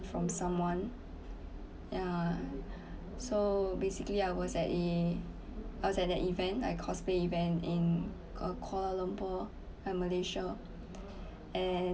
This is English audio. from someone ya so basically I was at a I was at the event like cosplay event in kuala lumpur at malaysia and